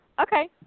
Okay